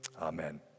Amen